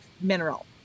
mineral